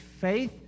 faith